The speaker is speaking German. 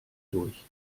durch